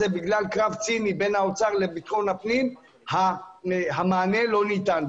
בגלל קרב ציני בין האוצר לבין המשרד לביטחון הפנים המענה לא ניתן.